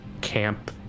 camp